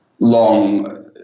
long